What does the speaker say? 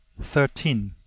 thirteen.